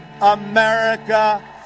America